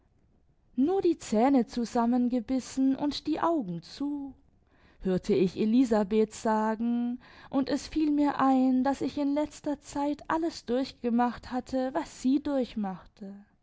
nur die zähne zusammengebissen und die augen zu hörte ich elisabeth sagen und es fiel mir ein daß ich in letzter zeit alles durchgemacht hatte was sie